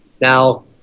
Now